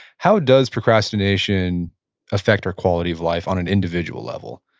how does procrastination affect our quality of life on an individual level?